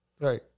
Right